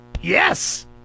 Yes